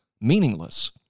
meaningless